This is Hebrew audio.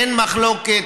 אין מחלוקת.